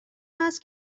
است